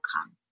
come